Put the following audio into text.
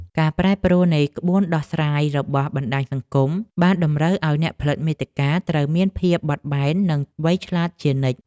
ការប្រែប្រួលនៃក្បួនដោះស្រាយរបស់បណ្តាញសង្គមបានតម្រូវឱ្យអ្នកផលិតមាតិកាត្រូវមានភាពបត់បែននិងវៃឆ្លាតជានិច្ច។